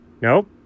Nope